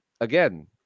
Again